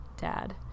dad